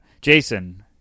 Jason